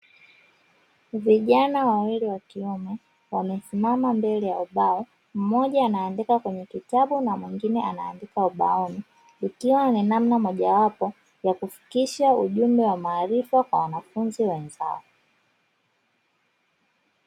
Vijana wawili wa kiume wamesimama mbele ya ubao, mmoja anaandika kwenye kitabu na mwingine anaandika ubaoni, kukiwa ni namna moja wapo ya kufikisha ujumbe wa maarifa kwa wanafunzi wenzao.